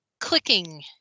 clicking